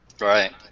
right